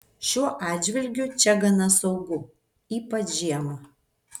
šiuo atžvilgiu čia gana saugu ypač žiemą